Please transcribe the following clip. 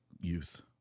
youth